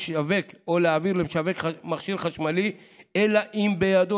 לשווק או להעביר למשווק מכשיר חשמלי אלא אם כן בידו